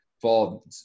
fall